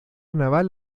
naval